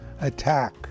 attack